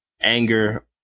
anger